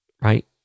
right